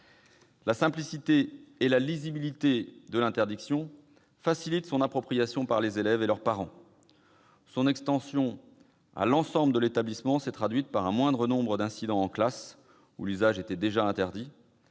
La simplicité et la lisibilité de l'interdiction facilitent son appropriation par les élèves et leurs parents ; son extension à l'ensemble de l'établissement s'est traduite par un moindre nombre d'incidents en classe, où l'usage était déjà interdit,